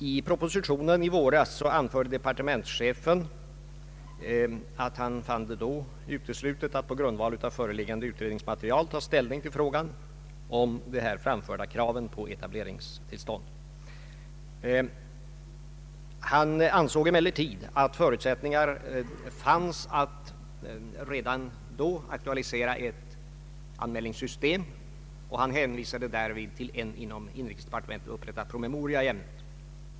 I propositionen i våras anförde departementschefen att han fann det uteslutet att på grundval av föreliggande utredningsmaterial ta ställning till de framförda kraven på etableringstillstånd. Han ansåg emellertid att förutsättningar fanns att redan då aktualisera ett anmälningssystem, och han hänvisade därvid till en inom inrikesdepartementet upprättad promemoria i ämnet.